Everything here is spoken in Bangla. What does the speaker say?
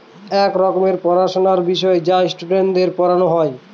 এক রকমের পড়াশোনার বিষয় যা স্টুডেন্টদের পড়ানো হয়